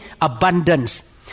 abundance